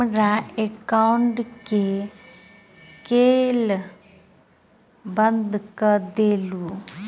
हमरा एकाउंट केँ केल बंद कऽ देलु?